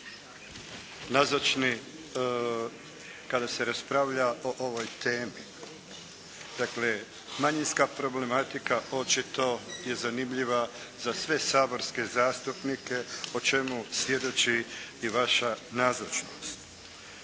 nazočni kada se raspravlja o ovoj temi. Dakle, manjinska problematika očito je zanimljiva za sve saborske zastupnike, o čemu svjedoči i vaša nazočnost.